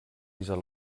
dieser